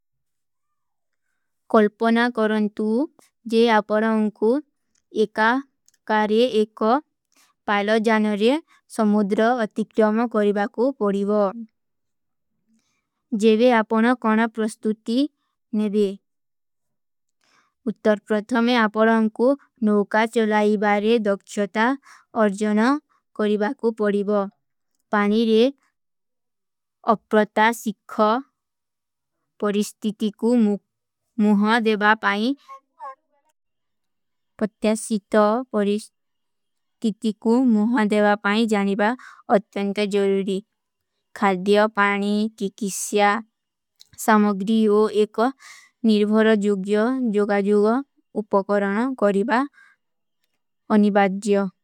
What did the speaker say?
କଲ୍ପନା କରନ୍ତୂ ଜେ ଆପରାଂକୂ ଏକା କାରେ ଏକା ପାଲଜାନରେ ସମୋଦ୍ର ଅତିକ୍ଟ୍ଯମ କରିବା କୂ ପରିଵା। ଜେଵେ ଆପନା କାନା ପ୍ରସ୍ତୁତି ନେଵେ। ଉତ୍ତରପ୍ରତ୍ଥମେ ଆପରାଂକୂ ନୋକା ଚଲାଈବାରେ ଦକ୍ଷତା ଅର୍ଜଣା କରିବା କୂ ପରିଵା। ପାନୀରେ ଅପ୍ରତା ସିଖ ପରିସ୍ଥିତି କୂ ମୁହା ଦେଵା ପାଈ ଜାନିବା ଅତ୍ତଂକ ଜରୂରୀ। ଖାଲ୍ଦିଯୋ ପାନୀ କିକିସ୍ଯା ସମଗ୍ରିଯୋ ଏକା ନିର୍ଭରଜୁଗ୍ଯୋ ଜୋଗାଜୁଗ ଉପକରଣା କରିବା ଅନିବାଜ୍ଯୋ।